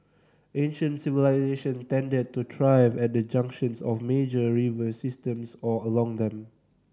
ancient civilisation tended to thrive at the junctions of major river systems or along them